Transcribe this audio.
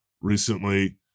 Recently